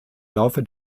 laufe